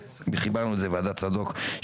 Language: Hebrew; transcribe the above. וחיברנו את זה לוועדת צדוק,